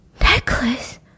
Necklace